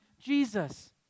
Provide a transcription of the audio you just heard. Jesus